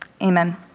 Amen